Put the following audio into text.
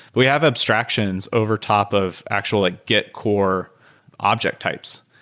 we have abstractions over top of actually get core object types.